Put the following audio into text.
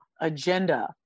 agenda